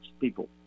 people